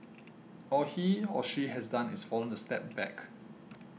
all he or she has done is fallen a step back